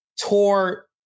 tore